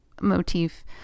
motif